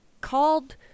called